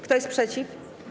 Kto jest przeciw?